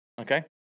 okay